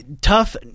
tough